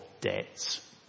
debts